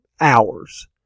hours